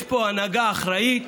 יש פה הנהגה אחראית,